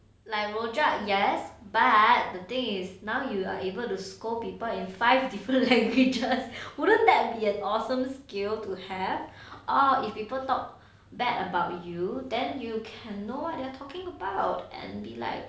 like rojak yes but the thing is now you are able to scold people in five different languages wouldn't that be an awesome skill to have or if people talk bad about you then you can know what they are talking about and be like